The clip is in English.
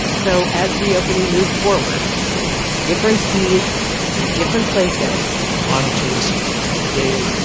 so as reopening moves forward at different speeds in different places. we'll monitor this in a daily,